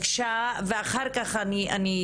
בבקשה, עאישה אבו אלרוב.